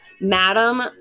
Madam